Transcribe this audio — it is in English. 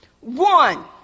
One